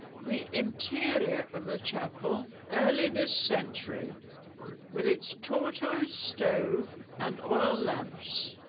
the interior of the chapel early this century with its tortoise stove and oil lamps